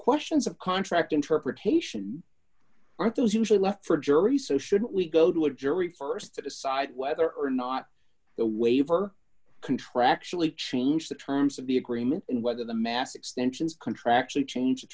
questions of contract interpretation are those usually left for jury so should we go to a jury st to decide whether or not the waiver contractually change the terms of the agreement whether the mass extensions contractually change